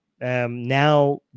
Now